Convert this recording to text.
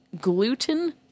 Gluten